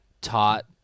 taught